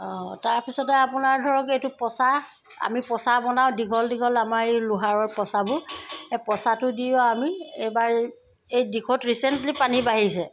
অঁ তাৰপিছতে আপোনাৰ ধৰক এইটো পচা আমি পচা বনাও দীঘল দীঘল আমাৰ এই লোহাৰৰ পচাবোৰ এই পচাটো দিও আমি এইবাৰ এই দিখৌত ৰিচেণ্টলি পানী বাঢ়িছে